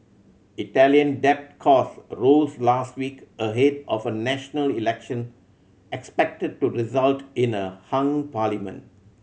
Italian debt cost rose last week ahead of a national election expected to result in a hung parliament